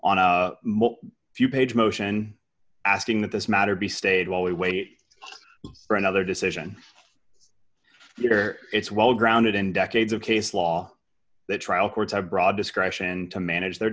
on a few page motion asking that this matter be stayed while we wait for another decision here it's well grounded in decades of case law that trial courts have broad discretion to manage their